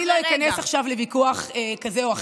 אני לא איכנס עכשיו לוויכוח כזה או אחר.